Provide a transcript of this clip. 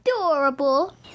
adorable